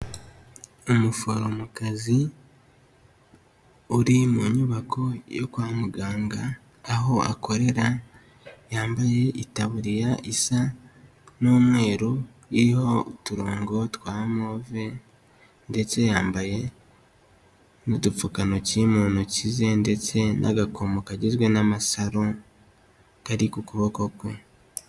Umuforomokazi uri mu nyubako yo kwa muganga aho akorera, yambaye itaburiya isa n'umweru iriho uturongo twa move, ndetse yambaye n'udupfukantoki mu ntoki ze ndetse n'agakomo kagizwe n'amasaro kari ku kuboko kwe.